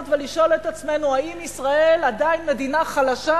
לשאול את עצמנו האם ישראל עדיין מדינה חלשה,